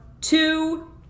two